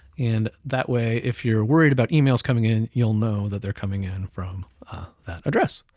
and that way if you're worried about emails coming in, you'll know that they're coming in from that address.